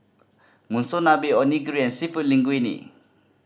Monsunabe Onigiri and Seafood Linguine